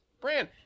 brand